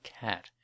cat